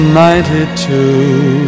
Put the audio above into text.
ninety-two